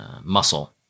muscle